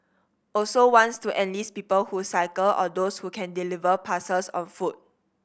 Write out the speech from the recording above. also wants to enlist people who cycle or those who can deliver parcels on foot